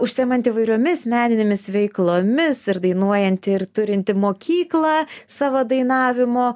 užsiemanti įvairiomis meninėmis veiklomis ir dainuojanti ir turinti mokyklą savo dainavimo